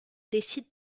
décide